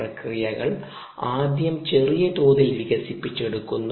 പ്രക്രിയകൾ ആദ്യം ചെറിയ തോതിൽ വികസിപ്പിച്ചെടുക്കുന്നു